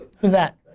who's that?